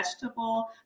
vegetable